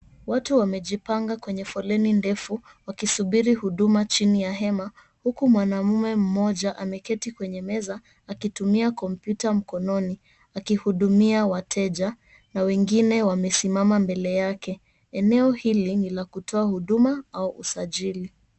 Watu wamejipanga kwenye foleni ndefu wakisubiri huduma chini ya hema huku mwanamume mmoja ameketi kwenye meza akitumia kompyuta mkononi akihudumia wateja na wengine wamesimama mbele yake. Eneo hili ni la kutoa huduma au usajili.